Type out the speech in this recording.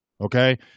Okay